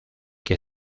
que